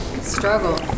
struggle